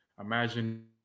imagine